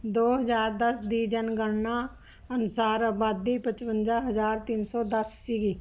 ਦੋ ਹਜ਼ਾਰ ਦਸ ਦੀ ਜਨਗਣਨਾ ਅਨੁਸਾਰ ਆਬਾਦੀ ਪਚਵੰਜਾ ਹਜ਼ਾਰ ਤਿੰਨ ਸੌ ਦਸ ਸੀਗੀ